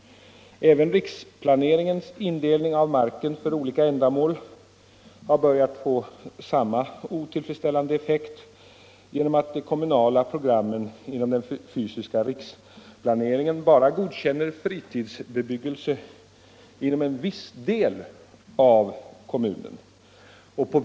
Även den fysiska riksplaneringens indelning av marken för olika ändamål har börjat få samma otillfredsställande effekt genom att de kommunala programmen inom denna riksplanering bara godkänner fritidsbebyggelse på viss mark inom vissa delar av kommunen.